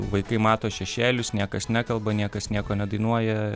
vaikai mato šešėlius niekas nekalba niekas nieko nedainuoja